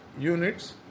units